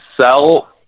sell